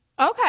Okay